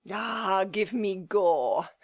ah, give me gore!